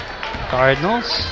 Cardinals